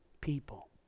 people